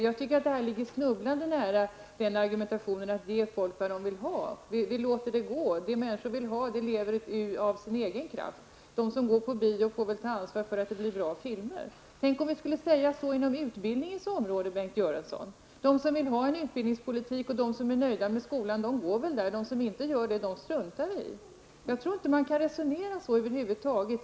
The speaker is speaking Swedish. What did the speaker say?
Jag tycker att detta ligger snubblande nära argumentationen att man skall ge folk vad folk vill ha, att det som människor vill ha lever av sin egen kraft och att de människor som går på bio får ta ansvar för att det blir bra filmer. Tänk om vi skulle säga samma sak inom utbildningens område, Bengt Göransson, dvs. att de som vill ha en utbildningspolitik och de som är nöjda med skolan går i den, och de som inte gör det struntar vi i. Jag tror inte att man kan resonera på det sättet över huvud taget.